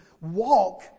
walk